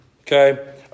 Okay